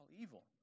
evil